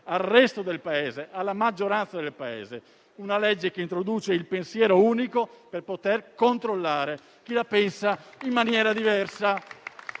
al resto del Paese, alla maggioranza del Paese, una legge che introduce il pensiero unico e poter controllare chi la pensa in maniera diversa.